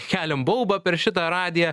keliam baubą per šitą radiją